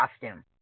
costume